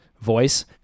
voice